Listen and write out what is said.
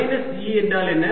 minus E என்றால் என்ன